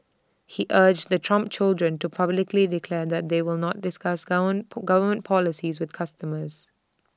he urged the Trump children to publicly declare that they will not discuss govern government policy with customers